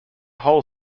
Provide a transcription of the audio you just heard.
whole